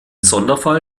sonderfall